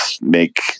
make